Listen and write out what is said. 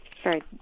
sorry